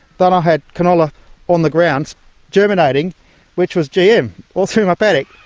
then i had canola on the grounds germinating which was gm, all through my paddock.